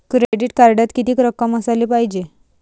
Credit कार्डात कितीक रक्कम असाले पायजे?